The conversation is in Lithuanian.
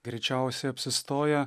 greičiausiai apsistoja